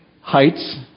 Heights